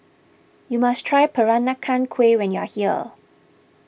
you must try Peranakan Kueh when you are here